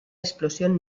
explosión